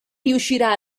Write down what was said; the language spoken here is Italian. riuscirà